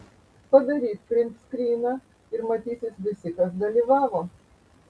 padaryk printskryną ir matysis visi kas dalyvavo